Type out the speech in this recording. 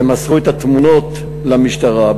ומסרו את התמונות למשטרה.